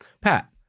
Pat